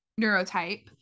neurotype